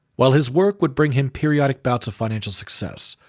while his work would bring him periodic bouts of financial success,